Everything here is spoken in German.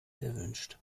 erwünscht